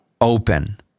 open